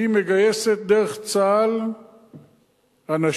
היא מגייסת דרך צה"ל אנשים